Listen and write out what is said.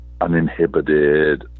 uninhibited